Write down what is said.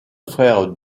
frère